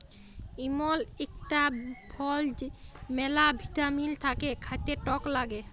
ইমল ইকটা ফল ম্যালা ভিটামিল থাক্যে খাতে টক লাগ্যে